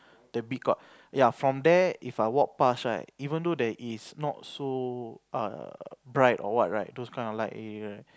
the B court ya from there If I walk past right even though there is not so err bright or what right those kind of light area